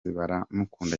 baramukunda